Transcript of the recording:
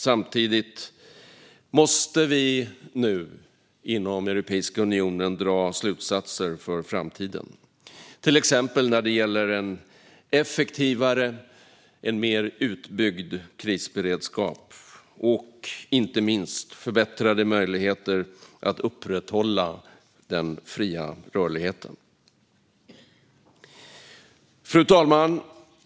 Samtidigt måste vi nu inom Europeiska unionen dra slutsatser för framtiden, till exempel när det gäller en effektivare och mer utbyggd krisberedskap och, inte minst, förbättrade möjligheter att upprätthålla den fria rörligheten. Fru talman!